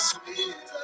Sweet